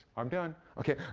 i'm done. okay,